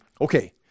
Okay